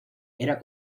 era